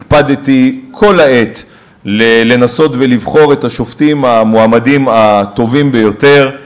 הקפדתי כל העת לנסות ולבחור לשופטים את המועמדים הטובים ביותר.